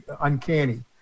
uncanny